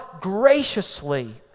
graciously